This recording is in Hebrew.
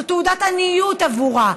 זו תעודת עניות עבורה.